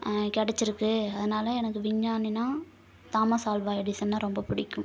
கிடைச்சிருக்கு அதனால் எனக்கு விஞ்ஞானினால் தாமஸ் ஆல்வா எடிசன்னால் ரொம்ப பிடிக்கும்